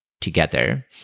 together